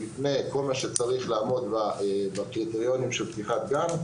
מבנה וכל מה שצריך על מנת לעמוד בקריטריונים של פתיחת גן,